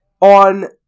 on